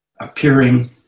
appearing